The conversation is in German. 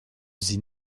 sie